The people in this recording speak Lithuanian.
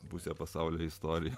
pusę pasaulio istoriją